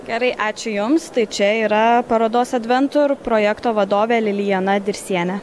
gerai ačiū jums tai čia yra parodos adventur projekto vadovė lilijana dirsienė